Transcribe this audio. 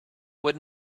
would